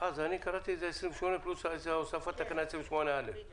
קראתי 28 פלוס הוספת תקנה 28א. בסדר,